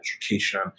education